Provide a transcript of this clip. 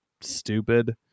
stupid